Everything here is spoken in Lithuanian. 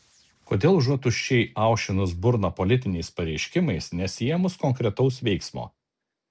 kodėl užuot tuščiai aušinus burną politiniais pareiškimais nesiėmus konkretaus veiksmo